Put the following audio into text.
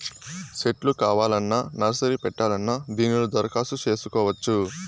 సెట్లు కావాలన్నా నర్సరీ పెట్టాలన్నా దీనిలో దరఖాస్తు చేసుకోవచ్చు